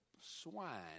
swine